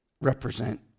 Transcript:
represent